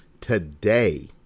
Today